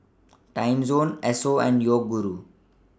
Timezone Esso and Yoguru